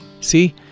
See